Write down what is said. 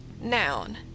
noun